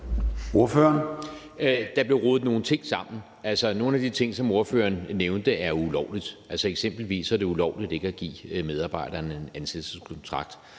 Der blev rodet nogle ting sammen. Nogle af de ting, ordføreren nævnte, er ulovlige. Eksempelvis er det ulovligt ikke at give medarbejderne en ansættelseskontrakt.